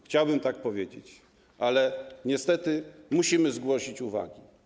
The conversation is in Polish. Chciałbym tak powiedzieć, ale niestety musimy zgłosić uwagi.